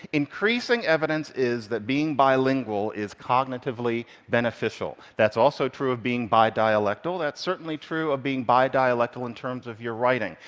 increasing evidence is that being bilingual is cognitively beneficial. that's also true of being bidialectal. that's certainly true of being bidialectal in terms of your writing.